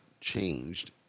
changed